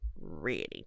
ready